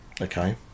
Okay